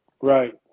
Right